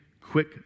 quick